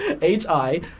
H-I